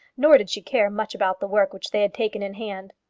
nor did she care much about the work which they had taken in hand.